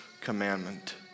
commandment